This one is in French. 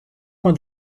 coin